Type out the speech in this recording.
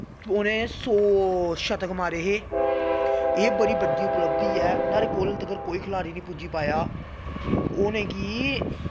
उ'नें सौ शतक मारे हे एह् बड़ी बड्डी उपलब्भदी ऐ नुहाड़े कोल तक्कर कोई खलाड़ी निं पुज्जी पाया उ'नें गी